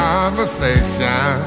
Conversation